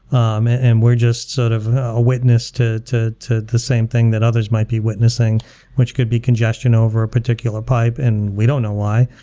um and we're just sort of a witness to to the same thing that others might be witnessing which could be congestion over a particular pipe and we don't know why.